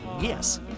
Yes